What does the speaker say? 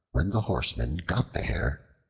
when the horseman got the hare,